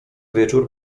wieczór